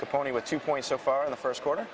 the pony with two points so far in the first quarter